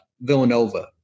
Villanova